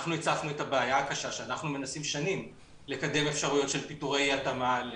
את הבעיה הקשה שאנחנו מנסים שנים לקדם אפשרויות של פיטורי אי התאמה על